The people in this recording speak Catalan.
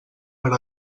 per